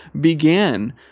began